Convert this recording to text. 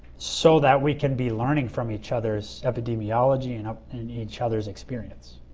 so that we can be learning from each other's epidemiology and and each other's experience.